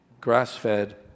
grass-fed